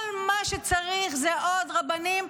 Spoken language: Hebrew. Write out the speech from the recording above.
כל מה שצריך זה עוד רבנים,